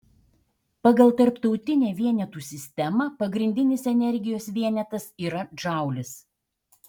pagal tarptautinę vienetų sistemą pagrindinis energijos vienetas yra džaulis